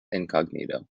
incognito